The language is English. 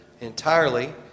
entirely